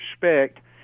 respect